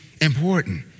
important